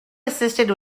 assisted